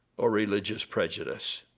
or religious prejudice.